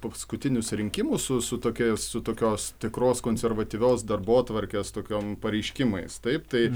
paskutinius rinkimus su su tokia su tokios tikros konservatyvios darbotvarkės tokiom pareiškimais taip tai